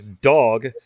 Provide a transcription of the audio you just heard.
dog